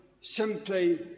simply